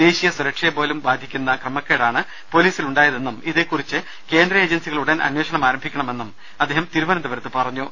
ദേശീയ സുരക്ഷയെപ്പോലും ബാധിക്കുന്ന ക്രമക്കേടാണ് പൊലീസിൽ ഉണ്ടായതെന്നും ഇതേകുറിച്ച് കേന്ദ്ര ഏജൻസികൾ ഉടൻ അന്വേഷണം ആരംഭിക്കണമെന്നും അദ്ദേഹം തിരുവനന്തപുരത്ത് പറഞ്ഞു